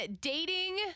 Dating